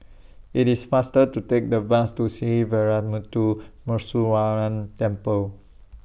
IT IS faster to Take The Bus to Sree Veeramuthu Muneeswaran Temple